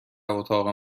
اتاق